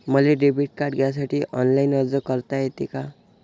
मले debit card घ्यासाठी online अर्ज करता येते का?